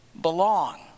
belong